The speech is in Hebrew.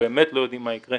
באמת לא יודעם מה יקרה